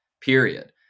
period